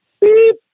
Beep